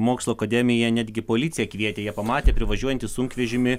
mokslo akademija netgi policiją kvietė jie pamatė privažiuojantį sunkvežimį